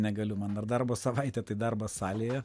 negaliu man dar darbo savaitė tai darbas salėje